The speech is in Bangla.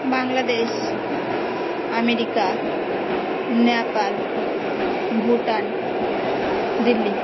বাংলাদেশ আমেরিকা নেপাল ভুটান দিল্লি